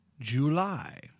July